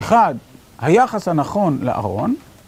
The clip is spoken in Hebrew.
אחד, היחס הנכון לארון